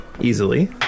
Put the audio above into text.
easily